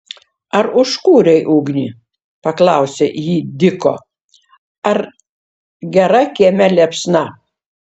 ar užkūrei ugnį paklausė ji diko ar gera kieme liepsna